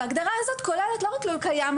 ההגדרה הזאת כוללת לא רק לול קיים,